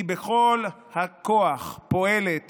היא בכל הכוח פועלת